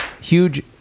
huge